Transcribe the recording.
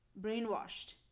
brainwashed